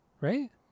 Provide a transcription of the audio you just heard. right